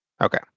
Okay